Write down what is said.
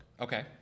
Okay